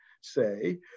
say